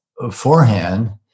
beforehand